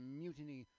mutiny